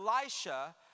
Elisha